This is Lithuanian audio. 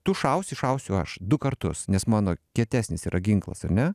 tu šausi šausiu aš du kartus nes mano kietesnis yra ginklas ar ne